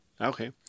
Okay